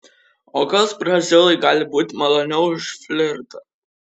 o kas brazilui gali būti maloniau už flirtą